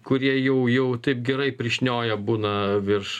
kurie jau jau taip gerai prišnioję būna virš